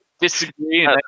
Disagree